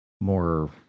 more